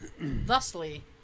thusly